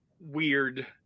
Weird